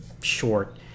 short